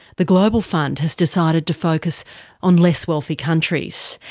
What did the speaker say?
the global fund has decided to focus on less wealthy countries,